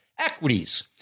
equities